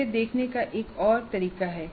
इसे देखने का एक और तरीका है